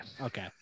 Okay